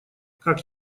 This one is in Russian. как